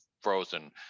frozen